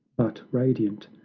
but radiant,